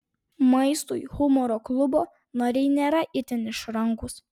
maistui humoro klubo nariai nėra itin išrankūs